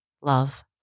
love